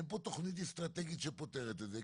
אין פה תכנית אסטרטגית שפותרת את זה.